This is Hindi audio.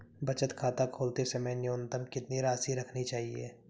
बचत खाता खोलते समय न्यूनतम कितनी राशि रखनी चाहिए?